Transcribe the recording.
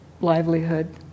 livelihood